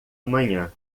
manhã